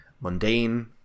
mundane